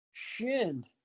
Shin